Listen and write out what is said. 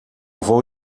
vou